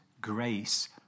grace